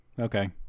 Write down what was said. Okay